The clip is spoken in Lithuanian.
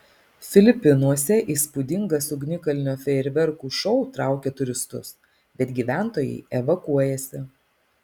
filipinuose įspūdingas ugnikalnio fejerverkų šou traukia turistus bet gyventojai evakuojasi